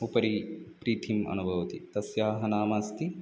उपरि प्रीतिम् अनुभवति तस्याः नाम अस्ति